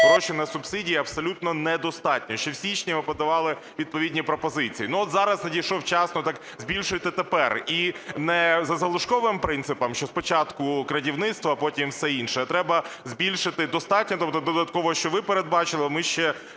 грошей на субсидії абсолютно недостатньо. Ще в січні ми подавали відповідні пропозиції. От зараз надійшов вчасно, так збільшуйте тепер і не за залишковим принципом, що спочатку "крадівництво", а потім все інше, а треба збільшити достатньо. Тобто додатково, що ви передбачили, а ми ще